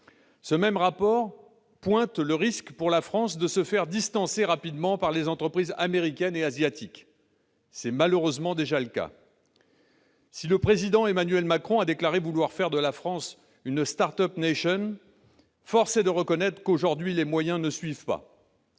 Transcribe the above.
Ce même rapport pointe le risque pour la France de se faire distancer rapidement par les entreprises américaines et asiatiques. C'est malheureusement déjà le cas ! Si le président Emmanuel Macron a déclaré vouloir faire de la France une «», force est de reconnaître qu'aujourd'hui les moyens ne suivent pas.